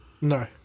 No